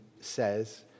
says